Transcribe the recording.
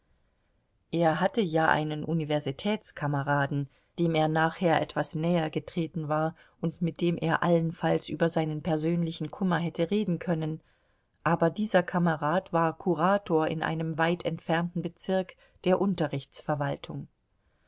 er hatte ja einen universitätskameraden dem er nachher etwas nähergetreten war und mit dem er allenfalls über seinen persönlichen kummer hätte reden können aber dieser kamerad war kurator in einem weit entfernten bezirk der